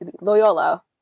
Loyola